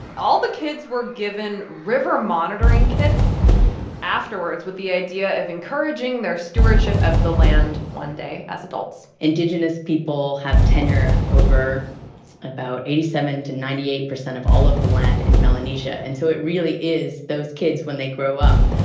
all the kids were given river monitoring kits afterwards, with the idea of encouraging their stewardship of the land one day as adults indigenous people have tenure over about eighty seven percent to ninety eight percent percent of all of the land in melanesia. and so it really is those kids, when they grow up,